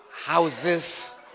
Houses